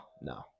no